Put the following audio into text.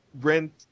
rent